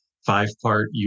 five-part